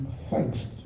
thanks